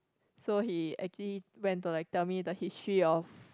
so he actually went to like tell me the history of